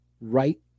right